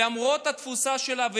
למרות התבוסה שלה,